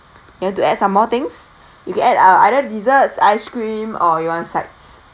you want to add some more things you can add uh either desserts ice cream or you want sides